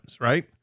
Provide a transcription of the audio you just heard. right